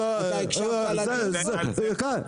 אתה הקשבת לאנשים פה?